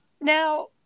now